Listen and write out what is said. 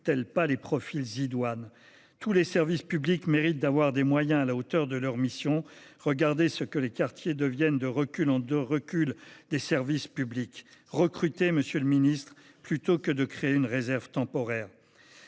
ne recrute t elle pas les profils idoines ? Tous les services publics méritent d’avoir des moyens à la hauteur de leurs missions. Regardez ce que les quartiers deviennent, de recul en recul des services publics. Recrutez, monsieur le ministre, plutôt que de créer une réserve temporaire